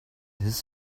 his